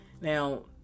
Now